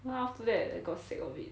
then after that I got sick of it